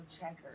checkers